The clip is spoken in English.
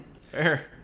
Fair